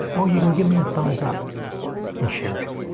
well, you can give me a thumbs up and share it.